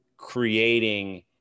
creating